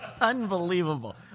Unbelievable